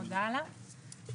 ומודה עליו,